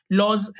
laws